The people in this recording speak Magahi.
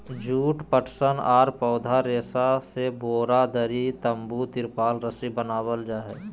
जुट, पटसन आर पौधा रेशा से बोरा, दरी, तंबू, तिरपाल रस्सी आदि बनय हई